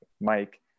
Mike